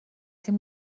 تیم